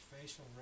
facial